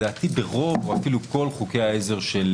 לדעתי ברוב או אפילו בכל חוקי העזר של